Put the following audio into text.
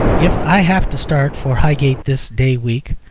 if i have to start for high-gate this day week,